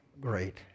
great